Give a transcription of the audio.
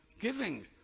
giving